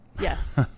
Yes